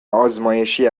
ازمایشی